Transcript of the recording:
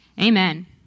Amen